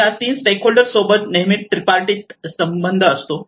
या 3 stakeholder सोबत नेहमीच त्रीपार्टीत संबंध असतो